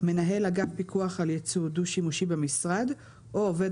מנהל אגף פיקוח על יצוא דו-שימושי במשרד או עובד